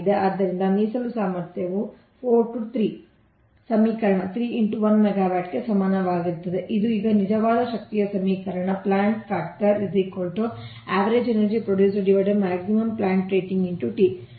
ಆದ್ದರಿಂದ ಮೀಸಲು ಸಾಮರ್ಥ್ಯವು 4 3 ಸಮೀಕರಣ 3 x 1 ಮೆಗಾವ್ಯಾಟ್ ಗೆ ಸಮನಾಗಿರುತ್ತದೆ ಇದು ಈಗ ನಿಜವಾದ ಶಕ್ತಿಯು ಸಮೀಕರಣ 3